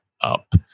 up